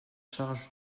charges